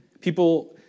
people